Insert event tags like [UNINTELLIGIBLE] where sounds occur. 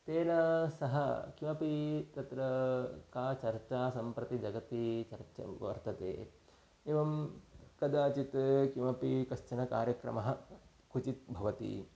तेन सह किमपि तत्र का चर्चा सम्प्रति जगति चर्चा [UNINTELLIGIBLE] वर्तते एवं कदाचित् किमपि कश्चन कार्यक्रमः क्वचित् भवति